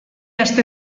aste